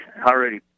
already